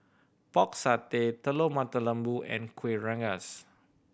Pork Satay Telur Mata Lembu and Kuih Rengas